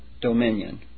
dominion